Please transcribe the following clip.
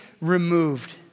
removed